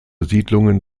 siedlungen